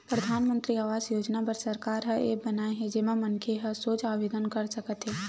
परधानमंतरी आवास योजना बर सरकार ह ऐप बनाए हे जेमा मनखे ह सोझ आवेदन कर सकत हे